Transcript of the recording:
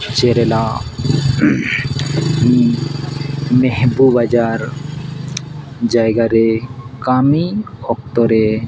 ᱠᱮᱨᱟᱞᱟ ᱢᱮᱦᱮᱵᱩ ᱵᱟᱡᱟᱨ ᱡᱟᱭᱜᱟ ᱨᱮ ᱠᱟᱹᱢᱤ ᱚᱠᱛᱚ ᱨᱮ